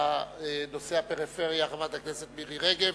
לנושא הפריפריה, חברת הכנסת מירי רגב.